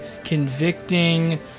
convicting